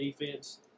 defense